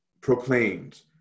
proclaimed